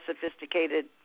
sophisticated